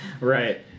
Right